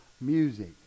music